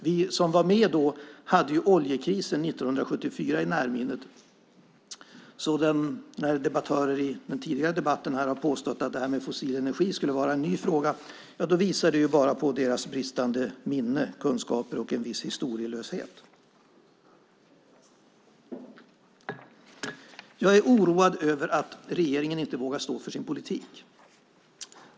Vi som var med då hade oljekrisen 1974 i närminnet, så när debattörer i den tidigare debatten påstod att detta med fossil energi skulle vara en ny fråga visar det bara på deras bristande minne, bristande kunskaper och en viss historielöshet. Jag är oroad över att regeringen inte vågar stå för sin politik.